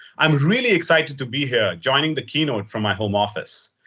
i'm really excited to be here joining the keynote from my home office.